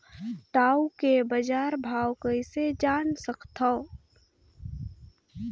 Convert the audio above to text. टाऊ के बजार भाव कइसे जान सकथव?